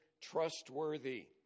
trustworthy